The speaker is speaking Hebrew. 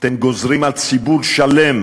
אתם גוזרים על ציבור שלם